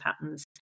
patterns